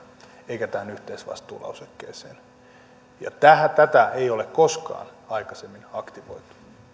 eivätkä tähän yhteisvastuulausekkeeseen tätä ei ole koskaan aikaisemmin aktivoitu